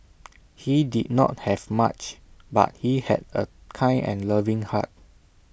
he did not have much but he had A kind and loving heart